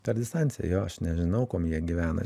per distanciją jo aš nežinau kuom jie gyvena